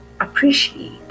appreciate